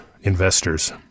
investors